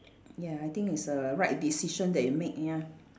ya I think it's a right decision that you make ya